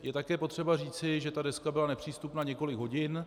Je také potřeba říci, že ta deska byla nepřístupná několik hodin.